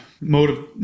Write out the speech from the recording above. mode